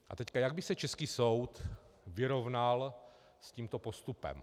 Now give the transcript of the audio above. A teď, jak by se český soud vyrovnal s tímto postupem?